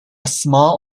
small